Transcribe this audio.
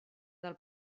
del